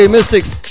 Mystics